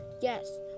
Yes